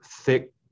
thick